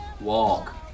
walk